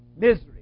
misery